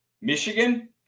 Michigan